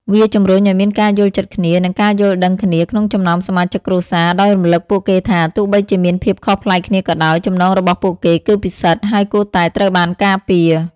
វាជំរុញឲ្យមានការយល់ចិត្តគ្នា និងការយល់ដឹងគ្នាក្នុងចំណោមសមាជិកគ្រួសារ ដោយរំលឹកពួកគេថា ទោះបីជាមានភាពខុសប្លែកគ្នាក៏ដោយ ចំណងរបស់ពួកគេគឺពិសិដ្ឋ ហើយគួរតែត្រូវបានការពារ។